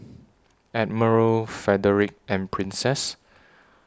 Admiral Frederic and Princess